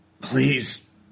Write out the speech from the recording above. Please